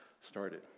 started